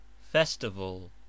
festival